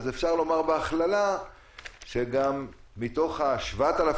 אז אפשר לומר בהכללה שמתוך ה-7,000